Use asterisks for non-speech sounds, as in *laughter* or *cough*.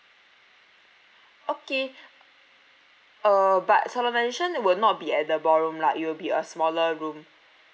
okay *breath* uh but solemnisation will not be at the ballroom lah it will be a smaller room